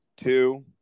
Two